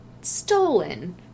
stolen